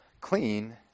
clean